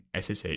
ssh